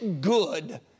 good